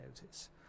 notice